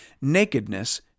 nakedness